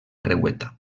creueta